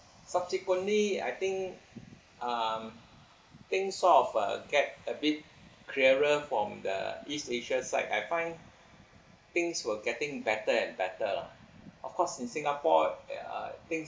subsequently I think um thing sort of uh get a bit clearer from the east asia side I find things were getting better and better lah of course in singapore err things